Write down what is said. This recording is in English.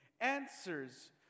answers